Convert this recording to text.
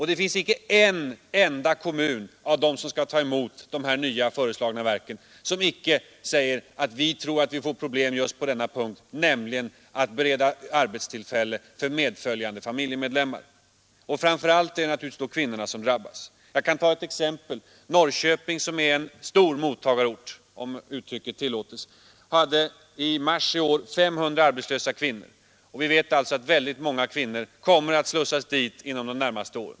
Det finns inte en enda kommun av dem som skall ta emot de föreslagna verken som inte säger att ”vi tror att vi får problem just på den punkten” — alltså att bereda arbete åt medföljande familjemedlemmar. Och framför allt är det naturligtvis kvinnorna som drabbas. Jag kan ta ett exempel. Norrköping som är en stor mottagarort — om uttrycket tillåts — hade i mars i år 500 arbetslösa kvinnor. Och vi vet att väldigt många kvinnor kommer att slussas dit inom de närmaste åren.